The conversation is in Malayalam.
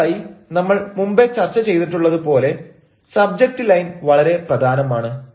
ഒന്നാമതായി നമ്മൾ മുമ്പേ ചർച്ച ചെയ്തിട്ടുള്ളത് പോലെ സബ്ജക്ട് ലൈൻ വളരെ പ്രധാനമാണ്